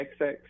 XX